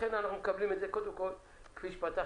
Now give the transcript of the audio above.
לכן אנחנו מקבלים את זה, קודם כול, כפי שפתחת.